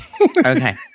Okay